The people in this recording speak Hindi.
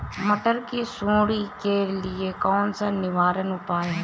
मटर की सुंडी के लिए कौन सा निवारक उपाय है?